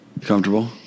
Comfortable